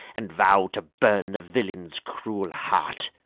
and vow to burn the villain's cruel heart.